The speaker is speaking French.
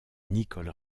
nicole